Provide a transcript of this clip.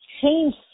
change